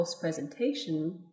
presentation